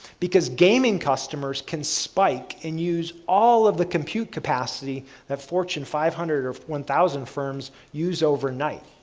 because gaming customers can spike and use all of the compute capacity that fortune five hundred of one thousand firms use overnight.